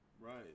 Right